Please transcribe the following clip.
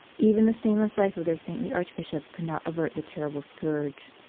even the stainless life of their saintly archbishop could not avert the terrible scourge.